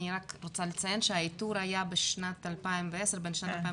אני רוצה לציין שהאיתור היה בין שנת 2008